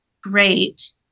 great